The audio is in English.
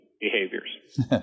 behaviors